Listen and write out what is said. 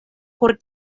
por